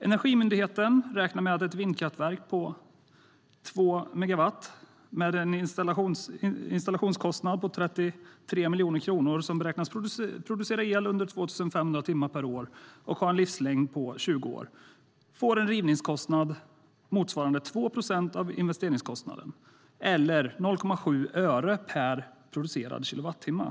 Energimyndigheten räknar med att ett vindkraftverk på 2 megawatt, med en installationskostnad på 33 miljoner kronor, som beräknas producera el under 2 500 timmar per år och ha en livslängd på 20 år får en rivningskostnad motsvarande 2 procent av investeringskostnaden, eller 0,7 öre per producerad kilowattimme.